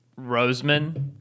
Roseman